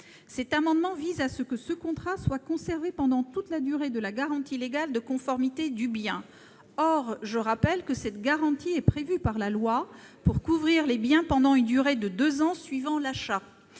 Cet amendement vise à ce que le contrat soit conservé pendant toute la durée de la garantie légale de conformité du bien. Or je rappelle que la loi a prévu que celle-ci couvre les biens pendant une durée de deux ans suivant l'achat.